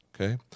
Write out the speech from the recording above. okay